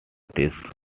disc